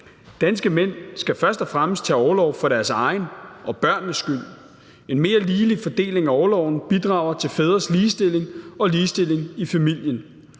Danske mænd skal først og fremmest tage orlov for deres egen og børnenes skyld. En mere ligelig fordeling af orloven bidrager til fædres ligestilling og ligestilling i familien,